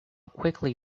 quickly